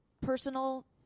personal